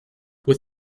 with